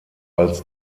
als